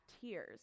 tears